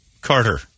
Carter